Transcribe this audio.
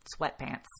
sweatpants